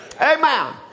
Amen